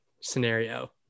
scenario